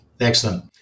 excellent